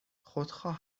خودخواه